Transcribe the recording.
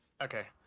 Okay